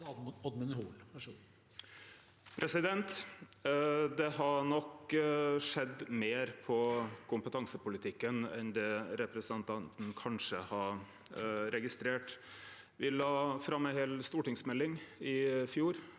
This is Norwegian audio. Det har nok skjedd meir i kompetansepolitikken enn det representanten kanskje har registrert. Me la fram ei stortingsmelding i fjor,